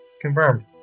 Confirmed